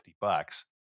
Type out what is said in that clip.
bucks